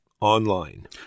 online